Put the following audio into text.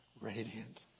radiant